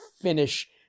finish